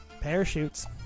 Parachutes